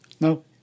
No